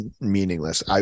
meaningless